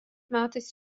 metais